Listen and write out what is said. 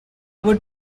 would